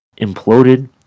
imploded